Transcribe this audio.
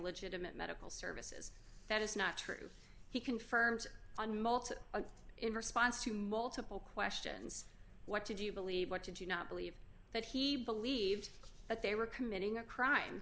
legitimate medical services that is not true he confirms on multiple in response to multiple questions what to do you believe what you do not believe that he believed that they were committing a crime